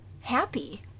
happy